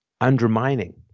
undermining